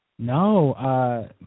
No